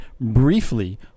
Briefly